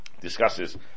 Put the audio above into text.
discusses